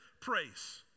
praise